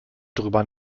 darüber